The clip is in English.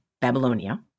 Babylonia